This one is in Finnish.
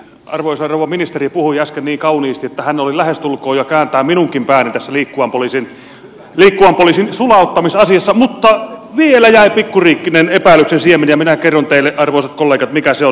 arvoisa rouva ministeri puhui äsken niin kauniisti että hän oli lähestulkoon jo kääntää minunkin pääni tässä liikkuvan poliisin sulauttamisasiassa mutta vielä jäi pikkuriikkinen epäilyksen siemen ja minä kerron teille arvoisat kollegat mikä se on